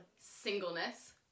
Singleness